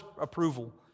approval